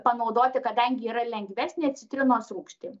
panaudoti kadangi yra lengvesnė citrinos rūgštį